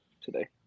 today